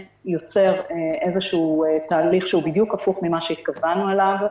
יוצר איזשהו תהליך שהוא בדיוק הפוך ממה שהתכוונו אליו.